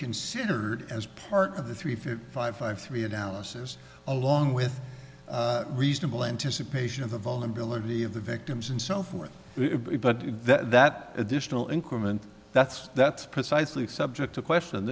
considered as part of the three four five five three analysis along with reasonable anticipation of the vulnerability of the victims and so forth but that additional increment that's that's precisely subject to question